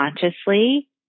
consciously